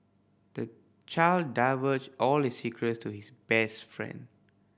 the child divulged all his secrets to his best friend